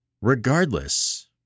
Regardless